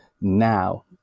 now